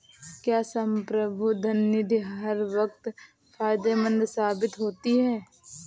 क्या संप्रभु धन निधि हर वक्त फायदेमंद साबित होती है?